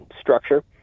structure